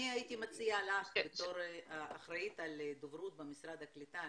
אני הייתי מציעה לך בתור האחראית על מערך הדוברות במשרד הקליטה,